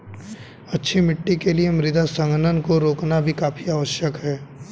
अच्छी मिट्टी के लिए मृदा संघनन को रोकना भी काफी आवश्यक है